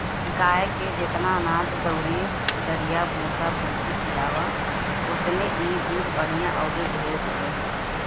गाए के जेतना अनाज अउरी दरिया भूसा भूसी खियाव ओतने इ दूध बढ़िया अउरी ढेर देले